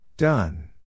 Done